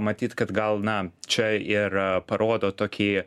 matyt kad gal na čia ir parodo tokį